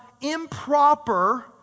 improper